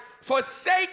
forsake